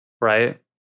right